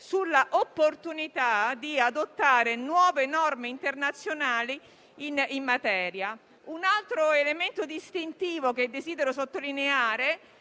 dell'opportunità di adottare nuove norme internazionali in materia. Un altro elemento distintivo che desidero sottolineare